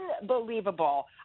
unbelievable